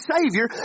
Savior